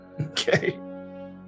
Okay